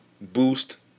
boost